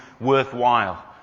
worthwhile